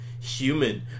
human